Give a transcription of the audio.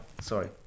sorry